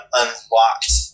unlocked